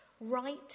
right